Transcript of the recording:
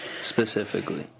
specifically